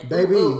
Baby